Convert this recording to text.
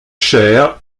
cher